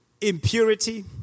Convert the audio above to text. impurity